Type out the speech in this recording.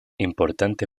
importante